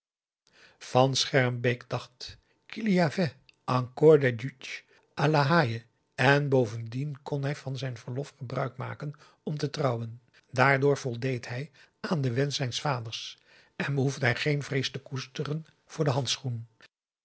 e en bovendien kon hij van zijn verlof gebruik maken om te trouwen daardoor voldeed hij aan den wensch zijns vaders en behoefde hij geen vrees te koesteren voor den handschoen